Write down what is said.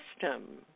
system